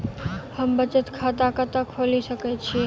हम बचत खाता कतऽ खोलि सकै छी?